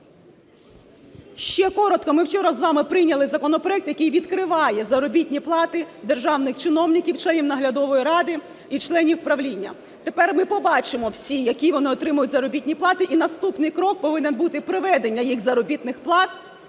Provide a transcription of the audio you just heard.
Ще коротко. Ми вчора з вами прийняли законопроект, який відкриває заробітні плати державних чиновників, членів наглядової ради і членів правління. Тепер ми побачимо всі, які вони отримують заробітні плати. І наступний крок повинен бути – проведення їх заробітних плат